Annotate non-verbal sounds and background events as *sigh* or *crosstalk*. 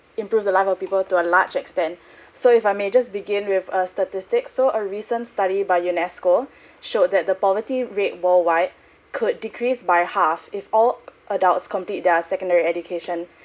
improve the life of people to a large extent *breath* so if I may just begin with a statistic so a recent study by UNESCO *breath* showed that the poverty rate worldwide could decrease by half if all adults complete their secondary education